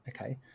Okay